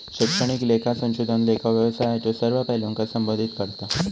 शैक्षणिक लेखा संशोधन लेखा व्यवसायाच्यो सर्व पैलूंका संबोधित करता